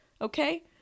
okay